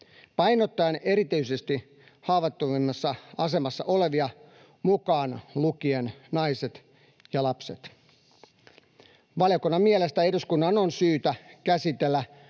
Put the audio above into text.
painottaen erityisesti haavoittuvimmassa asemassa olevia, mukaan lukien naiset ja lapset. Valiokunnan mielestä eduskunnan on syytä käsitellä